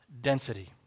density